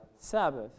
Sabbath